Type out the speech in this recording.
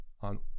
On